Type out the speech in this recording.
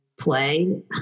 play